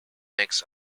mix